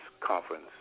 Conference